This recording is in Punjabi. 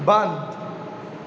ਬੰਦ